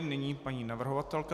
Nyní paní navrhovatelka.